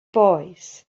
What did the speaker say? boys